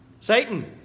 Satan